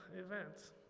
events